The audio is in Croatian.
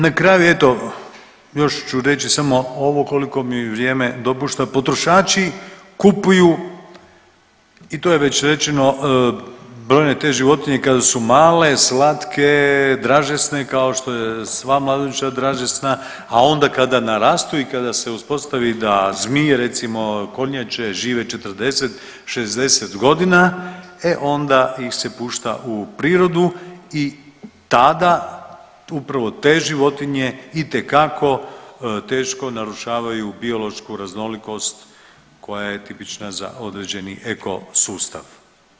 Na kraju eto, još ću reći samo ovo, koliko mi vrijeme dopušta, potrošači kupuju i to je već rečeno, brojne te životinje kada su male, slatke, dražesne, kao što je sva mladunčad dražesna, a onda kada narastu i kada se uspostavi da zmije, recimo, kornjače žive 40, 60 godina, e onda ih se pušta u prirodu i tada upravo te životinje itekako teško narušavaju biološku raznolikost koja je tipična za određeni ekosustav.